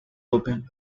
open